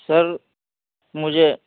سر مجھے